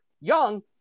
young